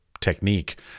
technique